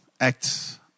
Acts